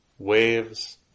Waves